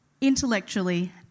intellectually